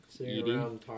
Eating